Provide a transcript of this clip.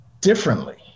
differently